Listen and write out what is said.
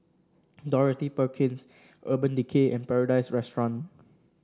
Dorothy Perkins Urban Decay and Paradise Restaurant